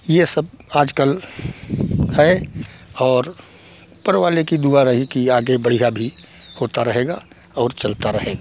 यह सब आजकल है और ऊपर वाले की दुआ रही कि आगे बढ़ियाँ भी होता रहेगा और चलता रहेगा